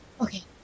Okay